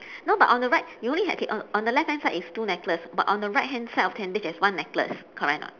no but on the right you only have K on on the left hand side it's two necklace but on the right hand side of tentage there's one necklace correct or not